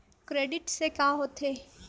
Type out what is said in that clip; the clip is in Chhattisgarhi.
क्रेडिट से का होथे?